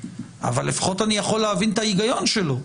אבל לפחות אני יכול להבין את ההיגיון שלו.